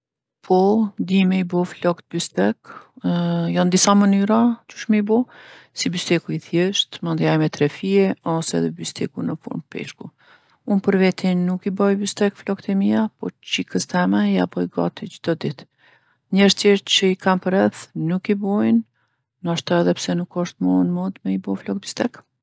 Po, di me i bo floktë bystek. Janë disa mënyra qysh me i bo, si bysteku i thjeshtë, mandej ai me tre fije ose edhe bysteku në formë peshku. Unë për veti nuk i boj bystek floktë e mija, po qikës teme ja boj gati çdo ditë. Njerzt tjerë që i kam përreth nuk i bojnë, nashta edhe pse nuk osht mo n'modë me i bo floktë bystek.